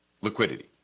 liquidity